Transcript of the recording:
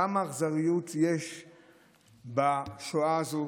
כמה אכזריות יש בשואה הזו.